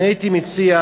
אני הייתי מציע,